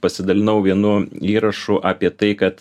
pasidalinau vienu įrašu apie tai kad